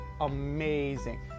amazing